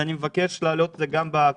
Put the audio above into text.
אני מבקש להעלות את זה גם בקבינט.